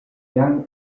young